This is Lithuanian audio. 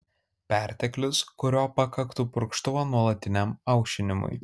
perteklius kurio pakaktų purkštuvo nuolatiniam aušinimui